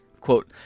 quote